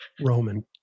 Roman